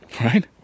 right